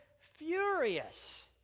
furious